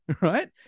Right